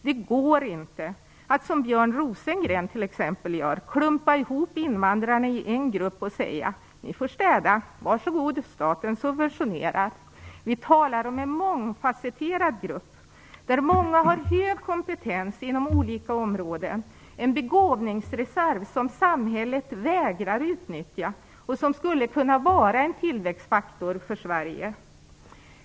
Det går inte att, som t.ex. Björn Rosengren gör, klumpa ihop invandrarna i en grupp och säga: Varsågod! Ni får städa - staten subventionerar. Vi talar om en mångfacetterad grupp, där många har hög kompetens inom olika områden, en begåvningsreserv som samhället vägrar utnyttja och som skulle kunna vara en tillväxtfaktor för Sverige.